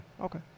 Okay